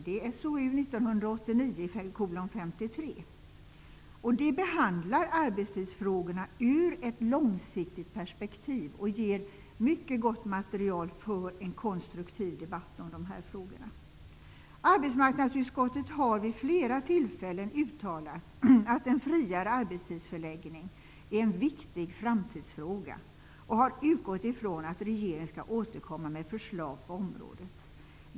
Det har beteckningen SOU 1989:53. Där behandlas arbetstidsfrågorna ur ett långsiktigt perspektiv. Det ger ett mycket gott material för en konstruktiv debatt om dessa frågor. Arbetsmarknadsutskottet har vid flera tillfällen uttalat att en friare arbetstidsförläggning är en viktig framtidsfråga och utgått ifrån att regeringen skall återkomma med förslag på området.